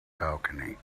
balcony